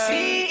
See